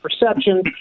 perception